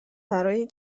برای